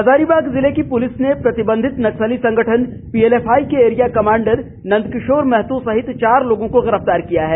हजारीबाग जिले की पुलिस ने प्रतिबंधित नक्सली संगठन पीएलएफआई के एरिया कमांडर नंद किशोर महतो सहित चार लोगों को गिरफ्तार किया है